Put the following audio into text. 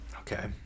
Okay